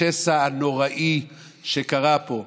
השסע הנוראי שקרה פה,